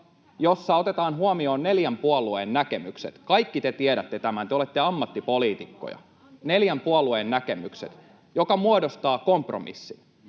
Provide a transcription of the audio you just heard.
siinä otetaan huomioon neljän puolueen näkemykset. Kaikki te tiedätte tämän, te olette ammattipoliitikkoja — neljän puolueen näkemykset, jotka muodostavat kompromissin.